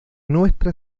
nuestra